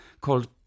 called